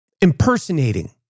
impersonating